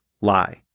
lie